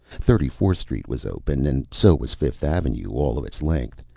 thirty-fourth street was open, and so was fifth avenue all of its length,